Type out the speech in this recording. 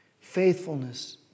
faithfulness